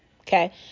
okay